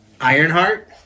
Ironheart